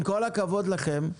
עם כל הכבוד לכם,